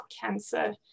cancer